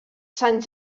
sant